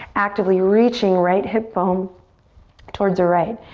actively reaching right hip bone towards the right.